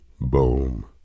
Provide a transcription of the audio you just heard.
Boom